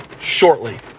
shortly